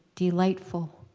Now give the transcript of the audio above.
delightful.